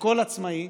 שכל עצמאי,